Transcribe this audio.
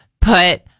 put